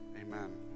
amen